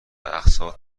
اقساط